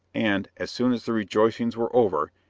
and, as soon as the rejoicings were over,